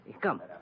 Come